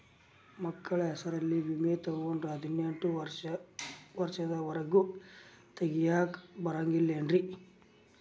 ಮಕ್ಕಳ ಹೆಸರಲ್ಲಿ ವಿಮೆ ತೊಗೊಂಡ್ರ ಹದಿನೆಂಟು ವರ್ಷದ ಒರೆಗೂ ತೆಗಿಯಾಕ ಬರಂಗಿಲ್ಲೇನ್ರಿ?